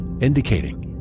indicating